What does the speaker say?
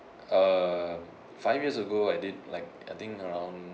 uh five years ago I did like I think around